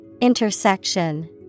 Intersection